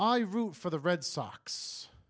i root for the red sox